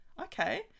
okay